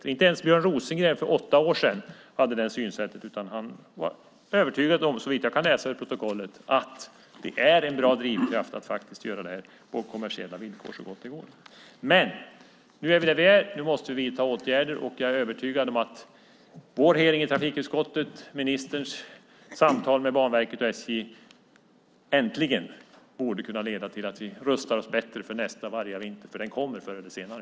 Inte ens Björn Rosengren hade det synsättet för åtta år sedan, utan han var, såvitt jag kan läsa i protokollet, övertygad om att det är en bra drivkraft att göra det här på kommersiella villkor så gott det går. Men nu är vi där vi är, och nu måste vi vidta åtgärder. Jag är övertygad om att vår hearing i trafikutskottet och ministerns samtal med Banverket och SJ äntligen borde kunna leda till att vi rustar oss bättre för nästa vargavinter, för den kommer förr eller senare.